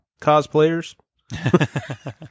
cosplayers